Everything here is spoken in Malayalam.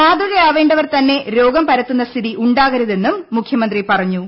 മാതൃകയാവേണ്ടവർ തന്നു രോഗം പരത്തുന്ന സ്ഥിതി ഉണ്ടാകരുതെന്നും മുഖ്യമ്ത്രി പറഞ്ഞു